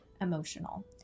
emotional